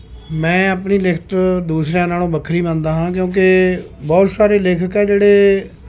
ਮੈਂ ਆਪਣੀ ਲਿਖਤ ਦੂਸਰਿਆਂ ਨਾਲੋਂ ਵੱਖਰੀ ਮੰਨਦਾ ਹਾਂ ਕਿਉਂਕਿ ਬਹੁਤ ਸਾਰੇ ਲੇਖਕ ਹੈ ਜਿਹੜੇ